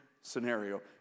scenario